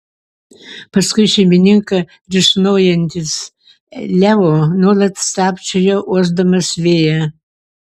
paskui šeimininką risnojantis leo nuolat stabčiojo uosdamas vėją